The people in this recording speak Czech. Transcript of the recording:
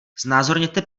znázorněte